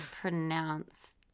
pronounced